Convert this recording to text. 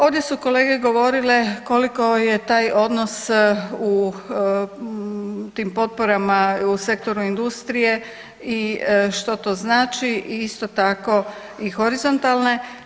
Ovdje su kolege govorile koliko je taj odnos u tim potporama u sektoru industrije i što to znači, isto tako i horizontalne.